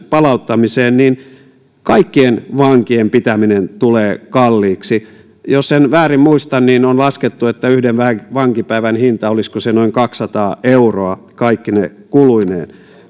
palauttamiseen niin kaikkien vankien pitäminen tulee kalliiksi jos en väärin muista niin on laskettu että yhden vankipäivän hinta on olisiko noin kaksisataa euroa kaikkine kuluineen